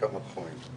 בכמה תחומים,,